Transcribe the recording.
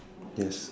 yes